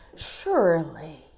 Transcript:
Surely